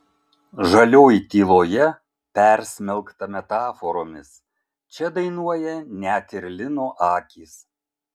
žalioj tyloje persmelkta metaforomis čia dainuoja net ir lino akys